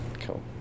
Cool